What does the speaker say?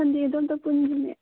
ꯁꯟꯗꯦꯗ ꯑꯃꯨꯛꯇ ꯄꯨꯟꯁꯤꯅꯦ